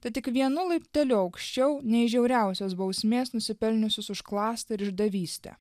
tad tik vienu laipteliu aukščiau nei žiauriausios bausmės nusipelniusius už klastą išdavystę